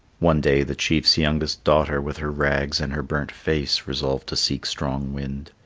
one day the chief's youngest daughter with her rags and her burnt face resolved to seek strong wind.